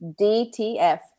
DTF